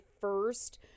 first